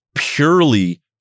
purely